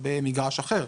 במגרש אחר,